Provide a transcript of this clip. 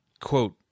quote